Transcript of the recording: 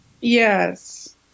Yes